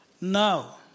now